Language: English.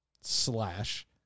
slash